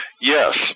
Yes